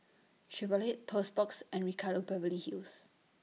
Chevrolet Toast Box and Ricardo Beverly Hills